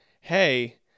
hey